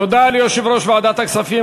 תודה ליושב-ראש ועדת הכספים,